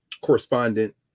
correspondent